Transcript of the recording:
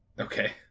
okay